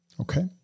Okay